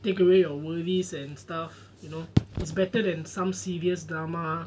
take away your worries and stuff you know it's better than some serious drama